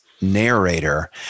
narrator